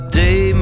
day